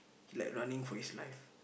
he like running for his life